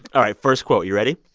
all right. first quote you ready?